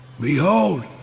Behold